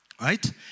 Right